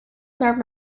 nerve